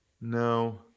No